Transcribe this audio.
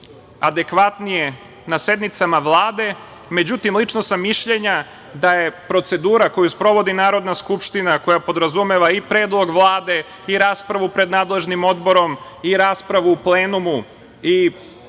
adekvatnije na sednicama Vlade. Međutim, lično sam mišljenja da je procedura koju sprovodi Narodna skupština, koja podrazumeva i predlog Vlade i raspravu pred nadležnim odborom i raspravu u plenumu i